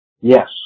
Yes